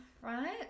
right